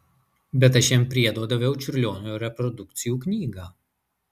bet aš jam priedo daviau čiurlionio reprodukcijų knygą